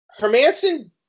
Hermanson